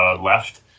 left